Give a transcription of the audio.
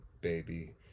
baby